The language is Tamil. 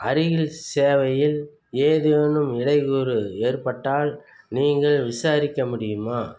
அருகில் சேவையில் ஏதேனும் இடையூறு ஏற்பட்டால் நீங்கள் விசாரிக்க முடியுமா